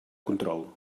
control